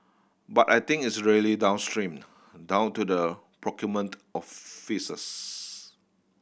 but I think it's really downstream down to the procurement offices